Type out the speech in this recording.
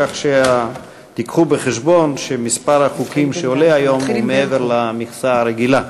כך שתיקחו בחשבון שמספר החוקים שעולים היום הוא מעבר למכסה הרגילה.